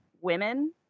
women